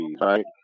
right